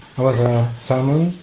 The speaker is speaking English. it was a sermon?